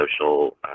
social